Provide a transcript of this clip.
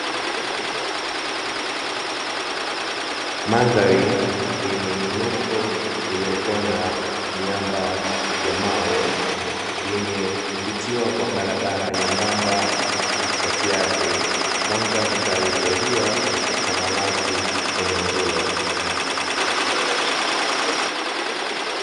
Mandhari yenye miinuko iliyokuwa na miamba ya mawe, yenye kupitiwa kwa barabara nyembamba katikati yake, mwanga mkali wa jua ukitamalaki eneo hilo.